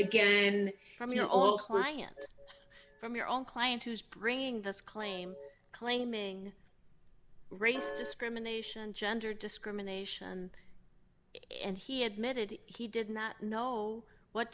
again from you know all science from your own client who's bringing this claim claiming race discrimination gender discrimination and he admitted he did not know what